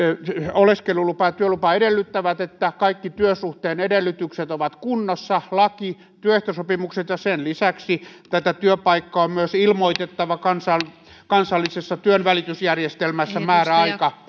oleskelulupa ja työlupa edellyttävät että kaikki työsuhteen edellytykset ovat kunnossa laki työehtosopimukset ja sen lisäksi työpaikasta on myös ilmoitettava kansallisessa kansallisessa työnvälitysjärjestelmässä määräaika